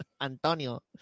Antonio